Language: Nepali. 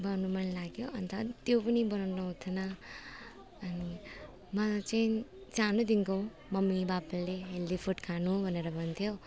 बनाउनु मनलाग्यो अन्त त्यो पनि बनाउनु आउँथेन अनि मलाई चाहिँ सानैदेखिको मम्मी पापाले हेल्दी फुट खानु भनेर भन्थ्यो